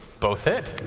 both hit.